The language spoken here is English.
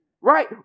Right